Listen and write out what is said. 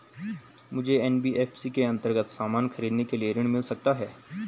मुझे एन.बी.एफ.सी के अन्तर्गत सामान खरीदने के लिए ऋण मिल सकता है?